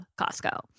Costco